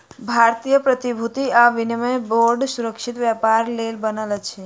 भारतीय प्रतिभूति आ विनिमय बोर्ड सुरक्षित व्यापारक लेल बनल अछि